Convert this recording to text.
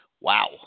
Wow